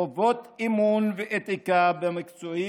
חובות אמון ואתיקה מקצועית,